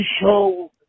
show